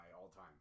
all-time